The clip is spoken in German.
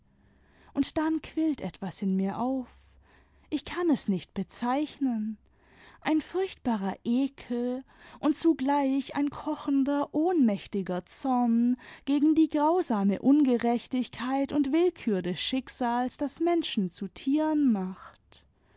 und dann quillt etwas in mir auf ich kann es nicht bezeichnen ein furchtbarer ekel und zugleich ein kochender ohnmächtiger zorn gegen die grausame ungerechtigkeit und willkür des schicksals das menschen zu tieren macht